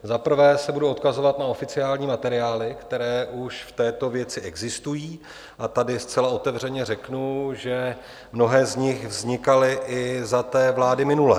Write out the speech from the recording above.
Za prvé budu odkazovat na oficiální materiály, které už v této věci existují, a tady zcela otevřeně řeknu, že mnohé z nich vznikaly i za vlády minulé.